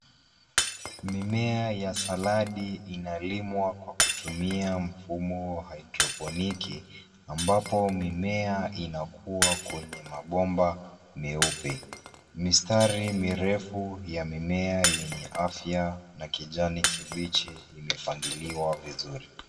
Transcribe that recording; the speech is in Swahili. Mimea ya saladi inalimwa kwa kutumia mfumo wa haidroponiki, ambapo mimea inakuwa kwenye mabomba meupe. Mistari mirefu ya mimea yenye afya na kijani kibichi imefagiliwa vizuri.